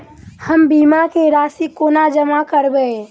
हम बीमा केँ राशि कोना जमा करबै?